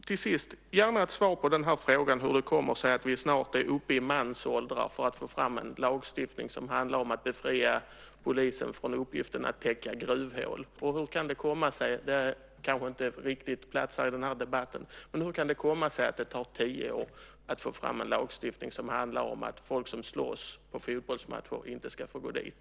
Till sist vill jag gärna ha ett svar på frågan om hur det kommer sig att vi snart är uppe i mansåldrar för att få fram en lagstiftning som handlar om att befria polisen från uppgiften att täcka gruvhål. Och hur kan det komma sig - det kanske inte riktigt platsar i den här debatten - att det tar tio år att få fram en lagstiftning som handlar om att folk som slåss på fotbollsmatcher inte ska få gå dit?